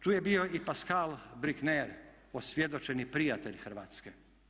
Tu je bio i Pascal Bruckner osvjedočeni prijatelj Hrvatske.